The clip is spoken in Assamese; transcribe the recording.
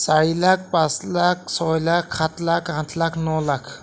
চাৰি লাখ পাঁচ লাখ ছয় লাখ সাত লাখ আঠ লাখ ন লাখ